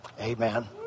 Amen